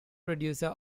producer